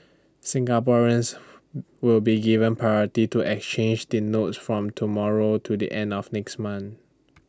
Singaporeans will be given priority to exchange the notes from tomorrow to the end of next month